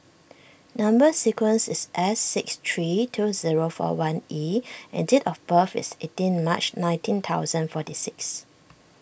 Number Sequence is S six three two zero four one E and date of birth is eighteen March nineteen thousand forty six